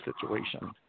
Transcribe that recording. situation